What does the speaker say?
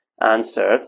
answered